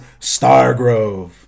Stargrove